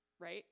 right